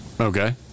Okay